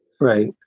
Right